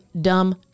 dumb